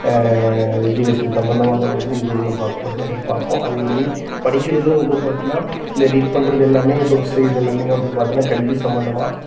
education சம்மந்தமாக வந்து பார்த்தினா இது இதையும் நம்ம பார்க்க போகிறோனா அதே மாதிரி பார்ப்போம் அதே மாதிரி படிக்கிறதும் வந்து பார்த்தினா இந்த ரீட் பண்றது எல்லாமே புக்ஸ் இது எல்லாமே வந்து பார்த்தினா கல்வி சம்மந்தமாக